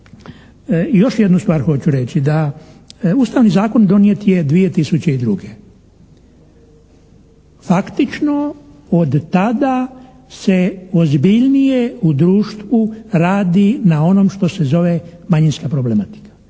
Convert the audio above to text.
još jednu stvar hoću reći da Ustavni zakon donijet je 2002. Faktično od tada se ozbiljnije u društvu radi na onom što se zove manjinska problematika.